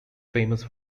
famous